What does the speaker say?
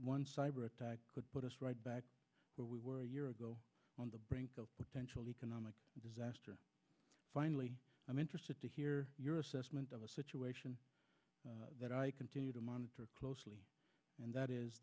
one cyber attack could put us right back where we were a year ago on the brink of potential economic disaster finally i'm interested to hear your assessment of that i continue to monitor closely and that is